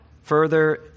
further